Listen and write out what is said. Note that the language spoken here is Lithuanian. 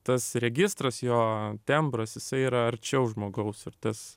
tas registras jo tembras jisai yra arčiau žmogaus ir tas